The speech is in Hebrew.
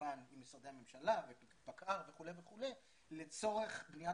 כמובן עם משרדי הממשלה ופקע"ר וכו' וכו' לצורך בניית